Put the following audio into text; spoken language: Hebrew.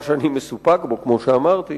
מה שאני מסופק בו כמו שאמרתי,